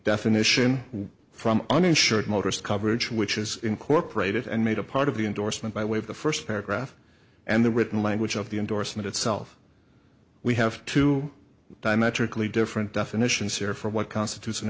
definition from uninsured motorist coverage which is incorporated and made a part of the endorsement by way of the first paragraph and the written language of the endorsement itself we have two diametrically different definitions here for what constitutes an